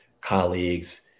colleagues